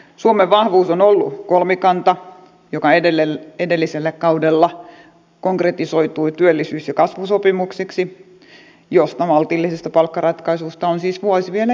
suomen vahvuus on ollut kolmikanta joka edellisellä kaudella konkretisoitui työllisyys ja kasvusopimukseksi josta maltillisesta palkkaratkaisusta on siis vuosi vielä jäljellä